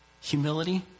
Humility